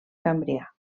cambrià